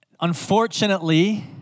Unfortunately